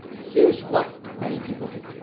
here's what many people do.